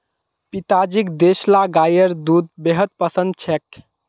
पिताजीक देसला गाइर दूध बेहद पसंद छेक